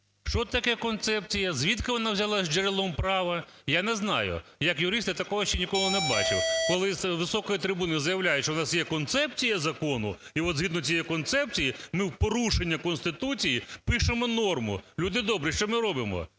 Що таке концепція, звідки вона взялася джерелом права? Я не знаю, як юрист я такого ще ніколи не бачив, коли з високої трибуни заявляють, що у нас є концепція закону, і от згідно цієї концепції, в порушення Конституції пишемо норму. Люди добрі, що ми робимо?